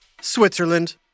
Switzerland